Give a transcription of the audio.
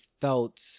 felt